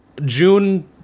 June